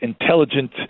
intelligent